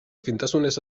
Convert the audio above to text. fintasunez